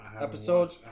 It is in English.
episode